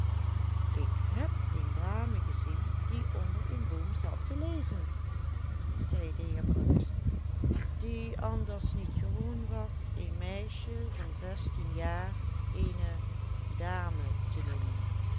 ik heb een dame gezien die onder een boom zat te lezen zei de heer bruis die anders niet gewoon was een meisje van zestien jaar eene dame te noemen